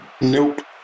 Nope